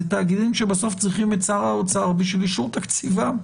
אלה תאגידים שבסוף צריכים את שר האוצר בשביל אישור תקציבם.